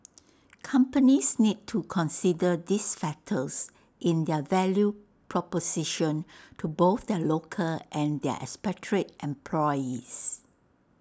companies need to consider these factors in their value proposition to both their local and their expatriate employees